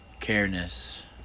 careness